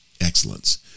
excellence